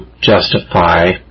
justify